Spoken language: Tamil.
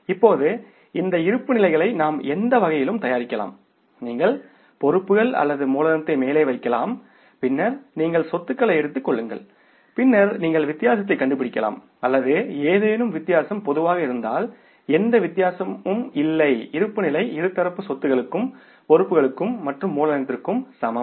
இப்போது இந்த இருப்புநிலைகளை நாம் எந்த வகையிலும் தயாரிக்கலாம் நீங்கள் பொறுப்புகள் அல்லது மூலதனத்தை மேலே வைக்கலாம் பின்னர் நீங்கள் சொத்துக்களை எடுத்துக் கொள்ளுங்கள் பின்னர் நீங்கள் வித்தியாசத்தைக் கண்டுபிடிக்கலாம் அல்லது ஏதேனும் வித்தியாசம் பொதுவாக இருந்தால் எந்த வித்தியாசமும் இல்லை இருப்புநிலை இரு தரப்பு சொத்துக்களும் பொறுப்புகள் மற்றும் மூலதனத்திற்கு சமம்